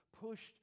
pushed